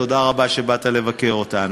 תודה רבה שבאת לבקר אותנו.